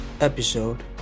episode